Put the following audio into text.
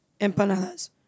empanadas